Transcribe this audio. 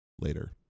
Later